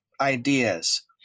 ideas